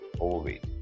overweight